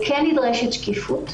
כן נדרשת שקיפות.